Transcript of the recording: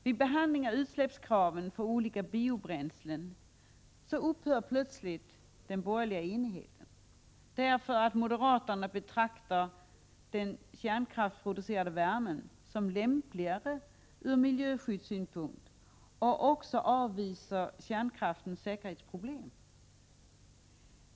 Vid behandlingen av frågan om utsläppskraven för olika biobränslen upphör plötsligt den borgerliga enigheten. Moderaterna betraktar nämligen kärnkraftsproducerad värme som lämpligare ur miljöskyddssynpunkt och avvisar också kärnkraftens säkerhetsproblem.